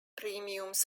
premiums